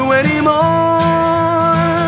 anymore